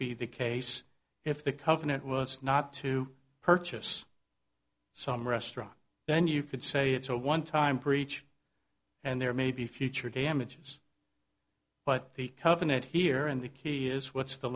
be the case if the covenant was not to purchase some restaurant then you could say it's a one time preach and there may be future damages but the covenant here and the key is what's the